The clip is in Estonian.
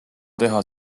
teha